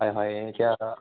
হয় হয় এই এতিয়া ন